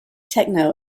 techno